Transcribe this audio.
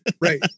Right